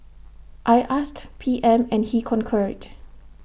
I asked P M and he concurred